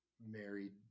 married